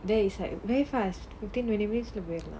there is like very fast within twenty minutes